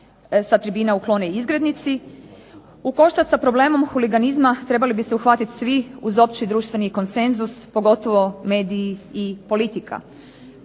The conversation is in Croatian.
sa tribina uklone izgrednici. U koštac sa problemom huliganizma trebali bi se uhvatiti svi uz opći društveni konsenzus pogotovo mediji i politika.